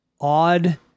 odd